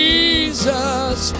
Jesus